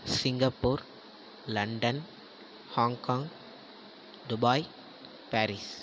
Singapore London Hong Kong Dubai Paris